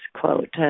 quote